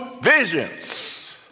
visions